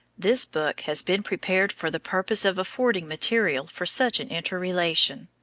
this book has been prepared for the purpose of affording material for such an interrelation.